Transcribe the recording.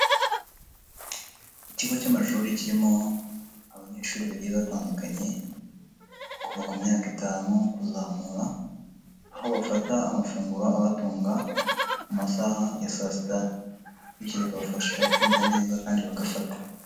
Ikigo cy'amashuri kirimo abanyeshuri bagiye batandukanye, kuva ku myaka itanu kuzamura aho bafata amafunguro abatunga mu masaha ya saa sita bityo bikabafasha kwiga neza kandi bagafata.